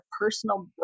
personal